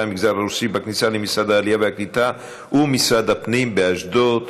המגזר הרוסי בכניסה למשרד העלייה והקליטה ומשרד הפנים באשדוד,